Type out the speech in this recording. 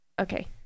Okay